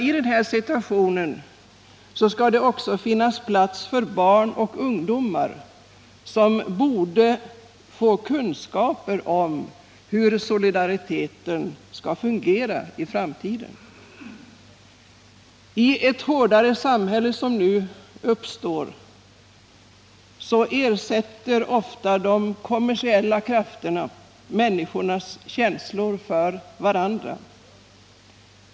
I den här situationen skall det också finnas plats för barn och ungdomar, som bör få kunskaper om hur solidariteten skall fungera i framtiden. I ett hårdare samhälle, som nu uppstår, ersätter ofta de kommersiella krafterna människornas känslor för varandra.